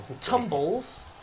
tumbles